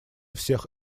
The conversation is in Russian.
всех